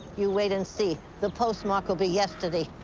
you wait and see. the postmark will be yesterday,